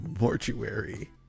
Mortuary